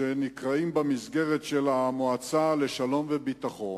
שנקראים במסגרת של המועצה לשלום וביטחון,